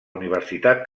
universitat